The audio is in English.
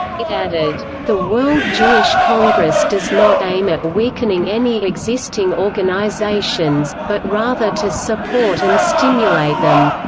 it added the world jewish congress does not aim at weakening any existing organizations, but rather to support and stimulate them.